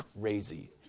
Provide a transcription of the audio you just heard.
crazy